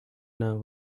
know